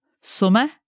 summer